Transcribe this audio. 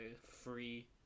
free